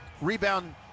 rebound